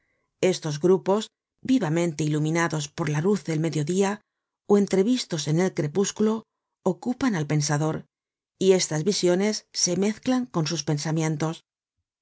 estos grupos vivamente iluminados por la luz del medio dia ó entrevistos en el crepúsculo ocupan al pensador y estas visiones se mezclan con sus pensamientos